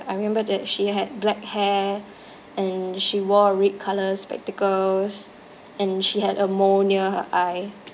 I remember that she had black hair and she wore a red color spectacles and she had a mole near her eye